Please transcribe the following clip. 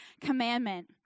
commandment